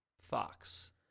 Fox